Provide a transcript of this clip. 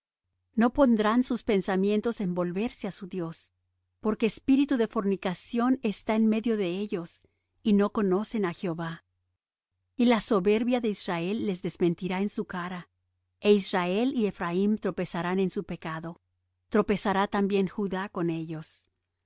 no pondrán sus pensamientos en volverse á su dios porque espíritu de fornicación está en medio de ellos y no conocen á jehová y la soberbia de israel le desmentirá en su cara é israel y ephraim tropezarán en su pecado tropezará también judá con ellos